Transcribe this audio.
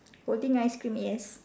holding ice cream yes